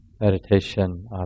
meditation